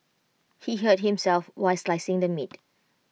he hurt himself while slicing the meat